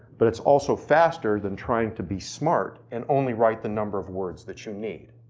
but it's also faster than trying to be smart and only write the number of words that you need.